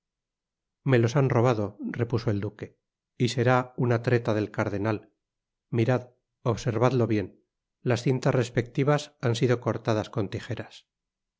me los han robado repuso el duque y será una treta del cardenal mirad observadlo bien las cintas respectivas han sido cortadas con tijeras